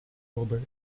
hilbert